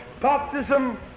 Baptism